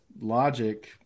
logic